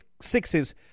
sixes